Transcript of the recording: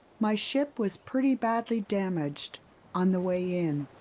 my ship was pretty badly damaged on the way in.